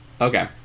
Okay